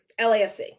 LAFC